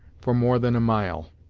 for more than a mile.